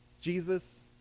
Jesus